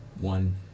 one